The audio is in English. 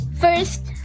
First